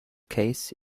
case